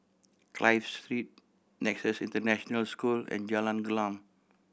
Clive Street Nexus International School and Jalan Gelam